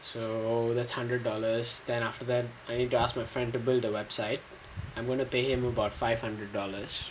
so that's hundred dollars then after then I need to ask my friend to build a website I'm going to pay him about five hundred dollars